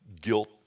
guilt